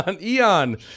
eon